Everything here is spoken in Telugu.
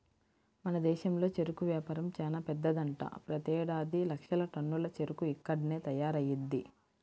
మన దేశంలో చెరుకు వ్యాపారం చానా పెద్దదంట, ప్రతేడాది లక్షల టన్నుల చెరుకు ఇక్కడ్నే తయారయ్యిద్ది